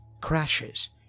crashes